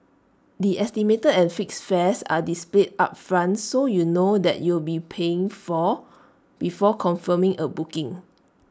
the estimated and fixed fares are displayed upfront so you know that you'll be paying for before confirming A booking